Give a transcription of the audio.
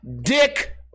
Dick